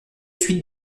suite